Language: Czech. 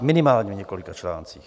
Minimálně v několika článcích.